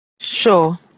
Sure